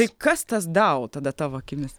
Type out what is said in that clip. tai kas tas dau tada tavo akimis